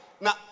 Now